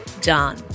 done